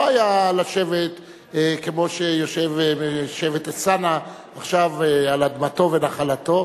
היה לשבת כמו שיושב שבט אלסאנע עכשיו על אדמתו ונחלתו,